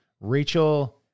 Rachel